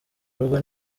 urugo